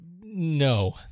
no